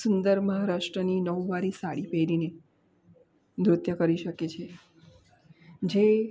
સુંદર મહારાષ્ટ્રની નવવારી સાડી પહેરીને નૃત્ય કરી શકે છે જે